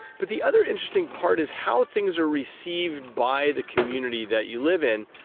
but the other interesting part is how things are received by the community that you live in.